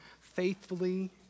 faithfully